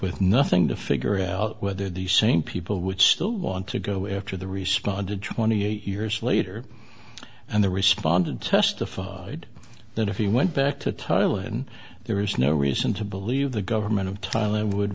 with nothing to figure out whether the same people would still want to go after the responded twenty eight years later and they responded testified that if he went back to thailand there is no reason to believe the government of thailand would